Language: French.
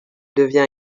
devient